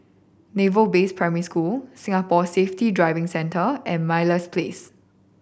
Naval Base Primary School Singapore Safety Driving Centre and Meyer Place